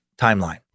timeline